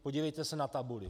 Podívejte se na tabuli.